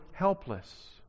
helpless